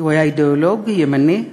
הוא היה אידיאולוג ימני,